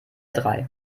drei